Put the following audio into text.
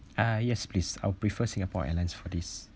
ah yes please I'll prefer singapore airlines for this